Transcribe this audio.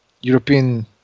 European